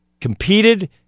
competed